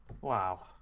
Wow